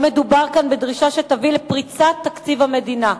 לא מדובר כאן בדרישה שתביא לפריצת תקציב המדינה,